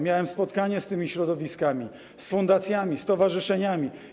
Miałem spotkanie z tymi środowiskami, z fundacjami, stowarzyszeniami.